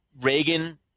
Reagan